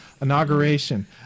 Inauguration